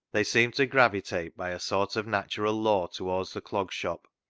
they seemed to gravitate by a sort of natural law towards the clog shop,